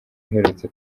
uherutse